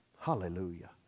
hallelujah